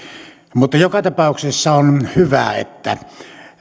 mutta joka tapauksessa on hyvä että